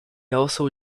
also